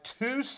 two